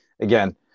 again